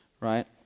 Right